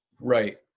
right